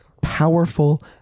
powerful